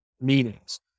meanings